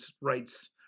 rights